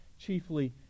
chiefly